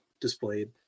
displayed